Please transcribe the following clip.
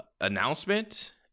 announcement